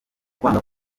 kwanga